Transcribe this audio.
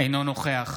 אינו נוכח